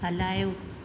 हलायो